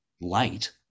light